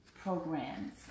programs